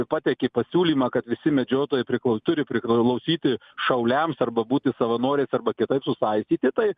pateikė pasiūlymą kad visi medžiotojai priklau turi priklausyti šauliams arba būti savanoriais arba kitaip susaistyti tai